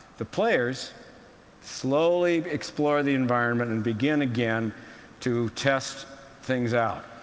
the players slowly explore the environment, and begin again to test things out.